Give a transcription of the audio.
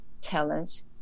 talents